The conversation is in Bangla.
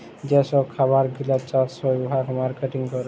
যে ছব খাবার গিলা চাষ হ্যয় উয়াকে মার্কেটিং ক্যরে